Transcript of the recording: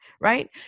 Right